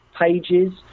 pages